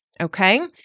Okay